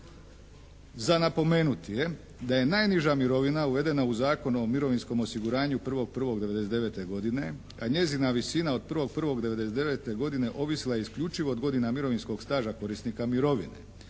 Za napomenuti je da je najniža mirovina uvedena u Zakonom o mirovinskom osiguranju 01.01. 1999. godine a njezina visina od 01.01.1999. godine ovisila je isključivo od godina mirovinskog staža korisnika mirovine.